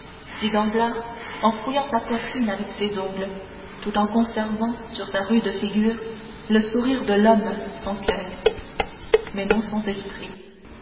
danglars en fouillant sa poitrine avec ses ongles tout en conservant sur sa rude figure le sourire de l'homme sans coeur mais non sans esprit